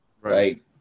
right